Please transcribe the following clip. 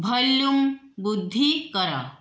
volume ବୃଦ୍ଧି କର